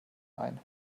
ein